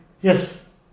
yes